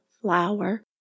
flour